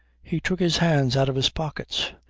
he took his hands out of his pocket,